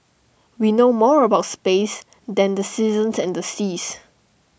we know more about space than the seasons and seas